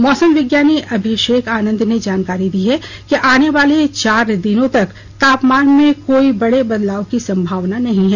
मौसम विज्ञानी अभिषेक आनंद ने जानकारी दी है कि आने वाले चार दिनों तक तापमान में कोई बड़े बदलाव की संभावना नहीं है